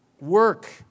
Work